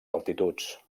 altituds